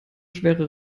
schwere